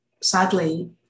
sadly